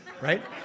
right